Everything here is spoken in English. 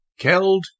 Keld